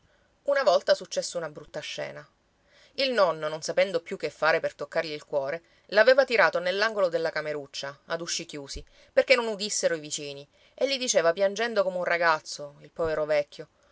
una volta successe una brutta scena il nonno non sapendo più che fare per toccargli il cuore l'aveva tirato nell'angolo della cameruccia ad usci chiusi perché non udissero i vicini e gli diceva piangendo come un ragazzo il povero vecchio